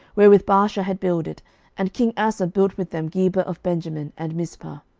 wherewith baasha had builded and king asa built with them geba of benjamin, and mizpah.